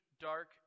dark